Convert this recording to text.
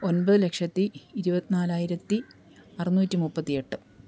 ഒന്പതു ലക്ഷത്തി ഇരുപത്തി നാലായിരത്തി അറുന്നൂറ്റി മുപ്പത്തിയെട്ട്